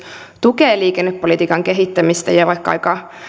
tukee liikennepolitiikan kehittämistä ja vaikkapa aika